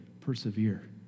persevere